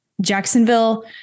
Jacksonville